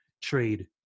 trade